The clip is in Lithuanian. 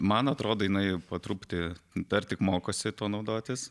man atrodo jinai po truputį dar tik mokosi tuo naudotis